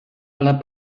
aller